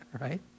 right